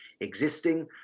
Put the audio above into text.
existing